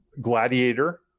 gladiator